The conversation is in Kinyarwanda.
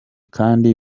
kandi